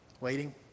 waiting